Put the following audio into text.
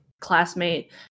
classmate